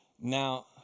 Now